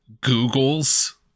Google's